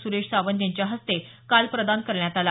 सुरेश सावंत यांच्या हस्ते प्रदान करण्यात आला